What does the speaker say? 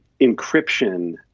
encryption